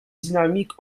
dynamique